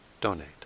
donate